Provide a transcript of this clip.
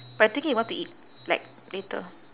but I'm thinking what to eat like later